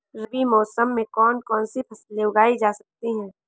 रबी मौसम में कौन कौनसी फसल उगाई जा सकती है?